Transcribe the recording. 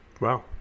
Wow